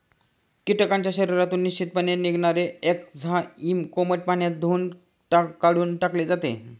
कीटकांच्या शरीरातून निश्चितपणे निघणारे एन्झाईम कोमट पाण्यात धुऊन काढून टाकले जाते